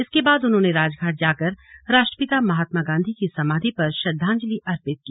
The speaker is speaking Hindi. इसके बाद उन्होंने राजघाट जाकर राष्ट्रपिता महात्मा गांधी की समाधि पर श्रद्धांजलि अर्पित की